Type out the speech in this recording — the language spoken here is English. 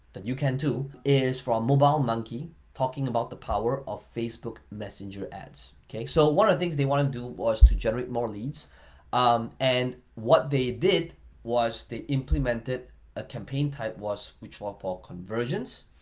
that you can too is from mobile monkey talking about the power of facebook messenger ads, okay? so one of the things they wanted to do was to generate more leads um and what they did was they implemented a campaign type was, which were for conversions.